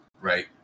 right